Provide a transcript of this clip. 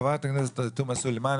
ח"כ תומא סלימן,